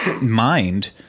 mind